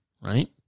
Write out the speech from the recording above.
right